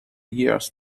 years